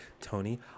tony